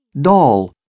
Doll